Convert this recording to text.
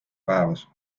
päevas